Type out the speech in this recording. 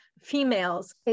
females